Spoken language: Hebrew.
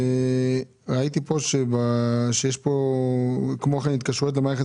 ראיתי פה שיש גם "כמו כן התקשרויות למערכת